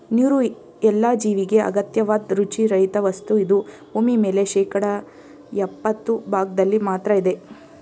ನೀರುಎಲ್ಲ ಜೀವಿಗೆ ಅಗತ್ಯವಾದ್ ರುಚಿ ರಹಿತವಸ್ತು ಇದು ಭೂಮಿಮೇಲೆ ಶೇಕಡಾ ಯಪ್ಪತ್ತು ಭಾಗ್ದಲ್ಲಿ ಮಾತ್ರ ಇದೆ